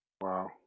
Wow